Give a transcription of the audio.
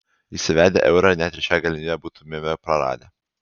įsivedę eurą net ir šią galimybę būtumėme praradę